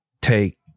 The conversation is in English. take